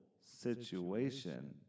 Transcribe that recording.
situation